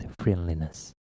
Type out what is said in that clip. friendliness